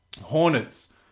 Hornets